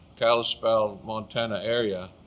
kalispell, montana area